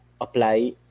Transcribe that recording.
apply